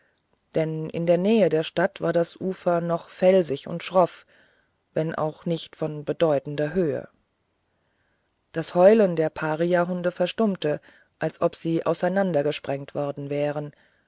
denn in der nähe der stadt war das ufer noch felsig und schroff wenn auch nicht von bedeutender höhe das heulen der pariahunde verstummte als ob sie auseinandergesprengt worden wären